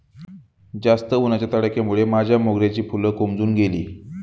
जास्त उन्हाच्या तडाख्यामुळे माझ्या मोगऱ्याची फुलं कोमेजून गेली